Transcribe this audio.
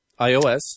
iOS